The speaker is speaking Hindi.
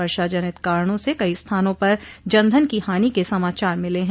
वर्षा जनित कारणों से कई स्थानों पर जन धन की हानि के समाचार मिले हैं